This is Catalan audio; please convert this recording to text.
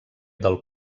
del